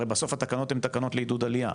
הרי בסוף התקנות הם תקנות לעידוד עלייה.